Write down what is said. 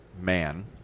man